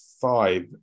five